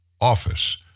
office